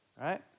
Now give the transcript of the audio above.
right